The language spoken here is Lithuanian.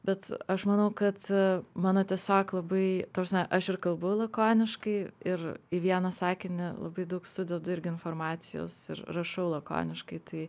bet aš manau kad mano tiesiog labai ta prasme aš ir kalbu lakoniškai ir į vieną sakinį labai daug sudedu irgi informacijos ir rašau lakoniškai tai